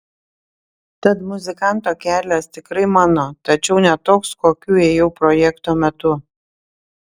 tad muzikanto kelias tikrai mano tačiau ne toks kokiu ėjau projekto metu